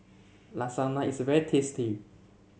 lasagna is very tasty